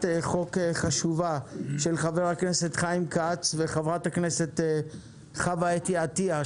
חוק חשובה של חבר הכנסת חיים כץ וחברת הכנסת חוה אתי עטייה,